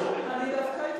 (חברת הכנסת מירי רגב יוצאת מאולם המליאה.) הכול לפי מי אתה,